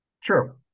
Sure